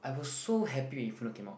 I was so happy when Inferno came out